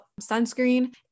Sunscreen